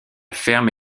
ferme